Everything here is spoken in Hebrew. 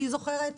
אני זוכרת,